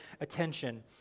attention